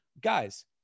guys